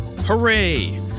Hooray